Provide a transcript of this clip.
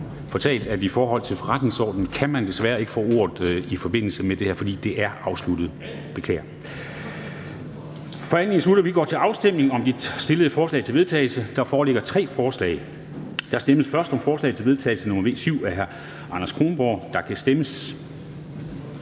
fortalt, at man i henhold til forretningsordenen desværre ikke kan få ordet i forbindelse med det her, fordi forhandlingen er afsluttet. Beklager. Forhandlingen er sluttet, og vi går til afstemning om de stillede forslag til vedtagelse. Der foreligger tre forslag. Der stemmes først om forslag til vedtagelse nr. V 7 af Anders Kronborg (S), og der kan stemmes.